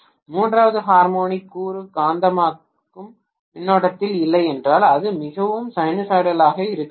மூன்றாவது ஹார்மோனிக் கூறு காந்தமாக்கும் மின்னோட்டத்தில் இல்லை என்றால் அது மிகவும் சைனூசாய்டலாக இருக்க வேண்டும்